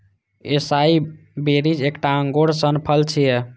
एसाई berries एकटा अंगूर सन फल छियै